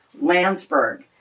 Landsberg